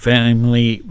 family